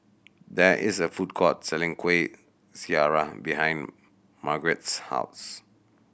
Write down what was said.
there is a food court selling Kuih Syara behind Margurite's house